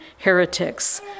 heretics